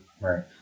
right